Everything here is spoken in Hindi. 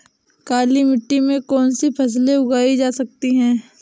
काली मिट्टी में कौनसी फसलें उगाई जा सकती हैं?